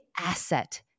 asset